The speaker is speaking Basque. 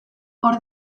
hor